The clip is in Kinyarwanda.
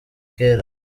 kera